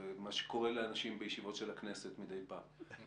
מה שקורה לאנשים בישיבות הכנסת מדי פעם.